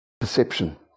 perception